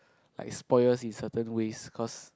like spoil us in certain ways cause